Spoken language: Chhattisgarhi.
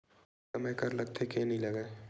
के समय कर लगथे के नइ लगय?